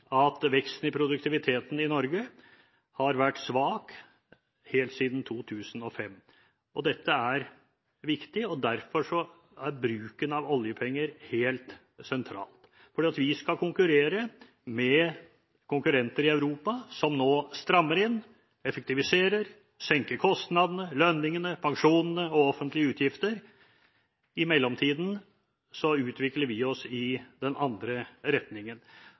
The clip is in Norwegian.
at veksten i produktiviteten i Norge har vært svak helt siden 2005. Dette er viktig. Derfor er bruken av oljepenger helt sentral, for vi skal konkurrere med konkurrenter i Europa som nå strammer inn, effektiviserer og senker kostnadene, lønningene, pensjonene og de offentlige utgiftene. I mellomtiden utvikler vi oss i den andre retningen,